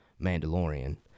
Mandalorian